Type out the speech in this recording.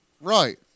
Right